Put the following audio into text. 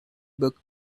book